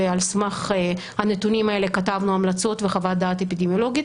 ועל סמך הנתונים האלה כתבתנו המלצות וחוות דעת אפידמיולוגית,